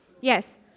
Yes